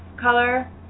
color